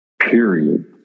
period